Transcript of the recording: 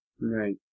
Right